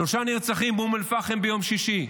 שלושה נרצחים באום אל-פחם ביום שישי.